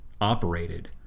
operated